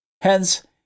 Hence